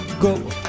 go